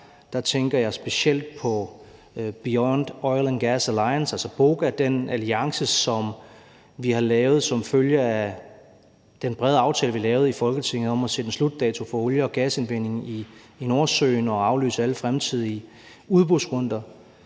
her tænker jeg specielt på Beyond Oil & Gas Alliance, altså BOGA, den alliance, som vi har lavet som følge af den brede aftale, vi lavede i Folketinget, om at sætte en slutdato for olie- og gasindvinding i Nordsøen og aflyse alle fremtidige udbudsrunder.